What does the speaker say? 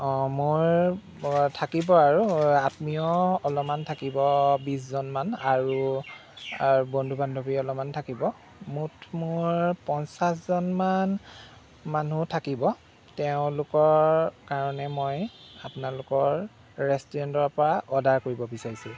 অঁ মোৰ থাকিব আৰু আত্মীয় অলমান থাকিব বিছজনমান আৰু আৰু বন্ধু বান্ধৱী অলমান থাকিব মুঠ মোৰ পঞ্চাছজনমান মানুহ থাকিব তেওঁলোকৰ কাৰণে মই আপোনালোকৰ ৰেষ্টুৰেণ্টৰপৰা অৰ্ডাৰ কৰিব বিচাৰিছোঁ